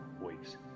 weeks